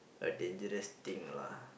a dangerous thing lah